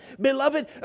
Beloved